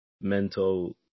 mental